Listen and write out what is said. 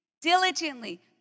diligently